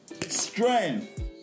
Strength